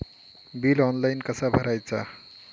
Bill online कसा भरायचा?